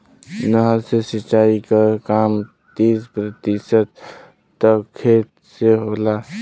नहर से सिंचाई क काम तीस प्रतिशत तक खेत से होला